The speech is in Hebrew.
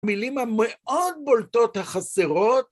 מילים המאוד בולטות החסרות.